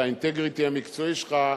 על האינטגריטי המקצועי שלך,